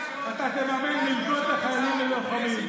אני קורא אותך לסדר פעם ראשונה.